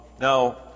Now